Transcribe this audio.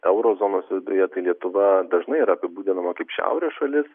euro zonos viduje tai lietuva dažnai yra apibūdinama kaip šiaurės šalis